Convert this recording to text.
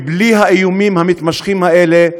בלי האיומים המתמשכים האלה,